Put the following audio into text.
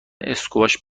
اسکواش